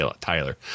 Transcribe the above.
Tyler